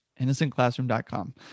Innocentclassroom.com